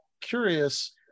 curious